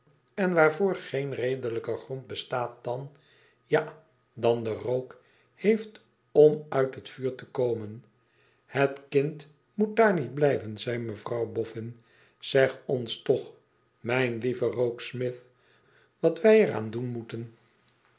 en waarvoor geen redelijker grond bestaat dan ja dan de rook heeft om uit het vuur te komen het kind moet daar niet blijven zei mevrouw boffin zeg ons toch mijn lieve rokesmith wat wij er aan doen moeten